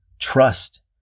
Trust